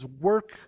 work